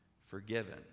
forgiven